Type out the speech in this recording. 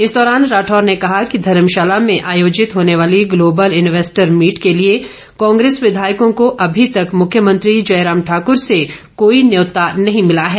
इस दौरान राठौर ने कहा कि धर्मशाला में आयोजित होने वाली ग्लोबल इन्वेस्टर्स मीट के लिए कांग्रेस विधायकों को अभी तक मुख्यमंत्री जयराम ठाकर से कोई न्यौता नहीं मिला है